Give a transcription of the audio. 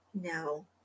no